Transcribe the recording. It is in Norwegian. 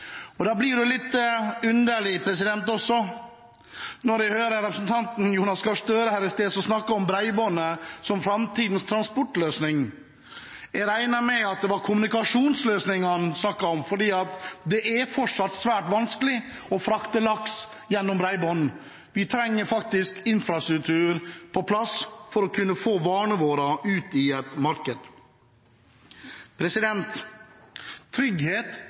hverdag. Da blir det jo litt underlig å høre representanten Jonas Gahr Støre her i sted snakke om bredbåndet som framtidens transportløsning. Jeg regner med at det var kommunikasjonsløsning han snakket om, for det er fortsatt svært vanskelig å frakte laks gjennom bredbånd. Vi trenger faktisk infrastruktur på plass for å kunne få varene våre ut i et marked. Trygghet